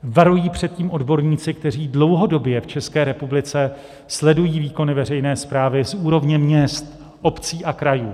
Varují před tím odborníci, kteří dlouhodobě v České republice sledují výkony veřejné správy z úrovně měst, obcí a krajů.